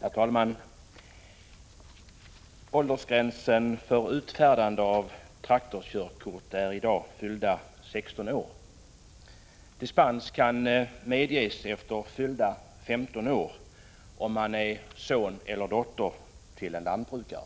Herr talman! Åldersgränsen för traktorkörkort är i dag 16 år. Dispens kan medges för den som fyllt 15 år, om denne är son eller dotter till en lantbrukare.